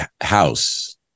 house